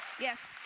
yes